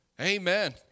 Amen